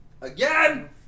Again